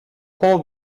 whole